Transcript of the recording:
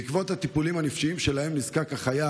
בעקבות הטיפולים הנפשיים שהחייל נזקק להם,